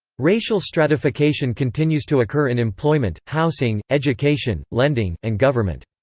racial stratification continues to occur in employment, housing, education, lending, and government.